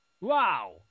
wow